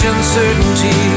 Uncertainty